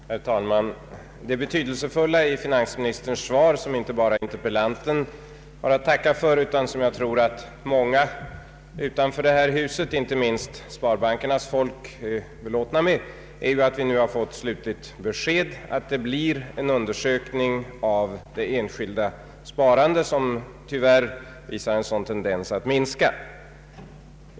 Herr talman! Det betydelsefulla i finansministerns svar, som inte bara interpellanten har att tacka för utan som jag tror att många utanför detta hus och inte minst sparbankernas folk är belåtna med, är att vi nu fått slutligt besked om att det blir en undersökning angående det enskilda sparandet, som tyvärr visar en sådan tendens att minska.